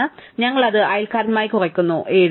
അതിനാൽ ഞങ്ങൾ അത് അയൽക്കാരനുമായി കുറയ്ക്കുന്നു 7